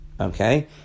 Okay